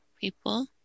people